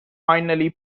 finally